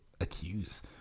accuse